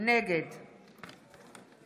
נגד